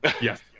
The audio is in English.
yes